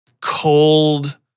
cold